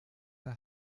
der